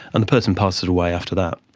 and the person passes away after that.